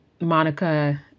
Monica